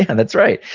and that's right.